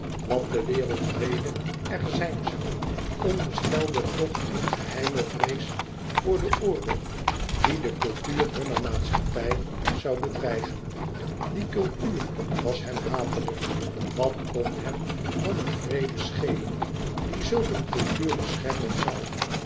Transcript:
dat de wereldvrede er zijn zoû onderstelde toch een geheime vrees voor den oorlog die de cultuur hunner maatschappij zoû bedreigen die cultuur was hem hatelijk wat kon hem dan de vrede schelen die zulk een cultuur beschermen zoû